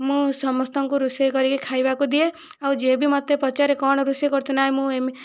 ମୁଁ ସମସ୍ତଙ୍କୁ ରୋଷେଇ କରିକି ଖାଇବାକୁ ଦିଏ ଆଉ ଯିଏ ବି ମୋତେ ପଚାରେ କଣ ରୋଷେଇ କରୁଛୁ ନା ମୁଁ ଏମି